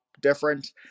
different